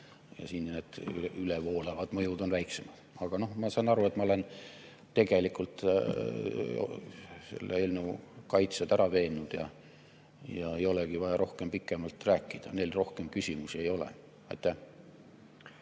ja siin need ülevoolavad mõjud on väiksemad. Aga ma saan aru, et ma olen tegelikult selle eelnõu kaitsjad ära veennud, ja mul ei olegi vaja rohkem pikemalt rääkida. Neil rohkem küsimusi ei ole.